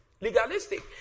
legalistic